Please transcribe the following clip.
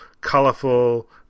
colourful